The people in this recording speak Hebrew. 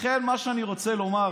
לכן, מה שאני רוצה לומר,